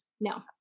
No